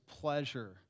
pleasure